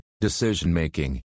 decision-making